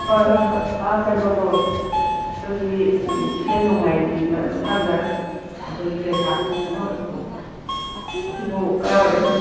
ꯍꯣꯏ ꯍꯣꯏ ꯍꯣꯏ ꯑꯥ ꯀꯩꯅꯣꯗꯣ ꯑꯩꯈꯣꯏꯒꯤ ꯏꯁꯩ ꯅꯣꯡꯃꯥꯏꯒꯤ ꯃꯇꯥꯡꯗ ꯑꯩꯈꯣꯏꯒꯤ ꯄꯦꯅꯥ ꯈꯣꯡꯅꯕꯒꯤꯗꯣ ꯑꯁꯤꯕꯨ ꯀꯗꯥꯏꯋꯥꯏꯗꯒ